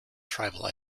tribal